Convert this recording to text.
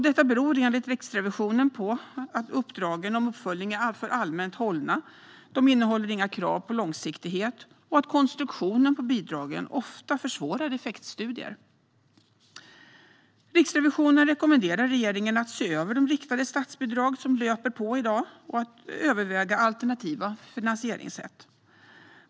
Detta beror enligt Riksrevisionen på att uppdragen om uppföljning är för allmänt hållna och inte innehåller några krav på långsiktighet samt att konstruktionen på bidragen ofta försvårar effektstudier. Riksrevisionen rekommenderar regeringen att se över de riktade statsbidrag som löper på i dag och att överväga alternativa finansieringssätt.